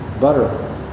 butter